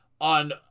on